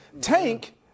tank